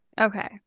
Okay